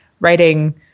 writing